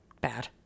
bad